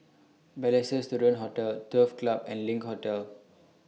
Balestier Student Hostel Turf Club and LINK Hotel